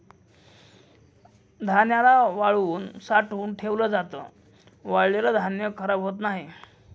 धान्याला वाळवून साठवून ठेवल जात, वाळलेल धान्य खराब होत नाही